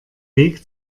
weg